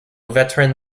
veteran